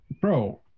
Bro